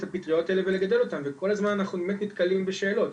הפטריות האלה ולגדל אותן וכל הזמן אנחנו נתקלים בשאלות.